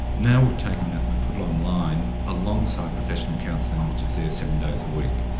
now we've taken that and we've put it online alongside professional counselling which is there seven days a week.